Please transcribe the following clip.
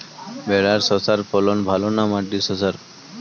ভেরার শশার ফলন ভালো না মাটির শশার?